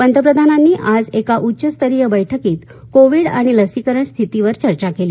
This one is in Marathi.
पंतप्रधानांनी आज एका उच्चस्तरीय बैठकीत कोविड आणि लसीकरण स्थितीवर चर्चा केली